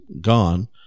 gone